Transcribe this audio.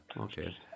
Okay